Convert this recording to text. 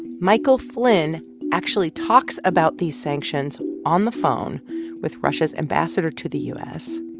michael flynn actually talks about these sanctions on the phone with russia's ambassador to the u s.